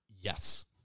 Yes